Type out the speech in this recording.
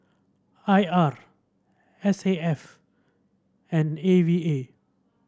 I R S A F and A V A